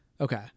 Okay